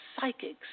psychics